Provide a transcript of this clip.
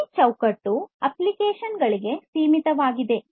ಈ ಚೌಕಟ್ಟು ಅಪ್ಲಿಕೇಶನ್ಗಳಿಗೆ ಸೀಮಿತವಾಗಿದೆ